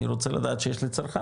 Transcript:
אני רוצה לדעת שיש לי צרכן,